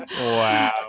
Wow